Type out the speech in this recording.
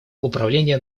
управление